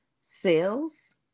sales